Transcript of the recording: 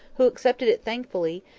who accepted it thankfully,